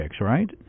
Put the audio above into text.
right